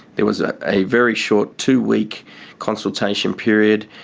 there was ah a very short two-week consultation period,